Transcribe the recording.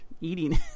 eating